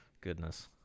goodness